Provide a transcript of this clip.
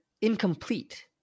incomplete